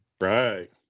Right